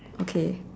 okay